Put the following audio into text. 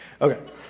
Okay